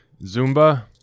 Zumba